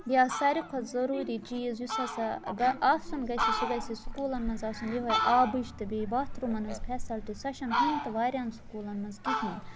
یا ساروی کھۄتہٕ ضوٚروٗری چیٖز یُس ہَسا آسُن گَژھِ سُہ گَژھِ سکوٗلَن منٛز آسُن یِہوٚے آبٕچ تہٕ بیٚیہِ باتھروٗمَن ہٕنٛز فیسَلٹی سۄ چھےٚ نہٕ ہُنہِ تہٕ واریاہَن سکوٗلَن منٛز کِہیٖنۍ